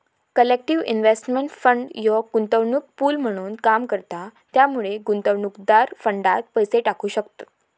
collective investment fund ह्यो गुंतवणूक pool म्हणून काम करता त्यामुळे गुंतवणूकदार फंडात पैसे टाकू शकतत